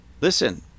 listen